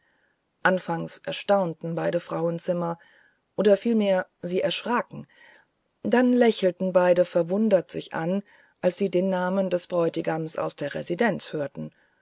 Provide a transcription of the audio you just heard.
anfangs erstaunten beide frauenzimmer oder vielmehr sie erschraken dann lächelten beide verwundert sich an als sie den namen des bräutigams aus der residenz hörten